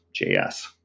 js